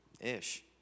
ish